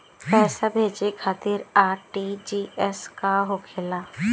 पैसा भेजे खातिर आर.टी.जी.एस का होखेला?